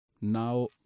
Now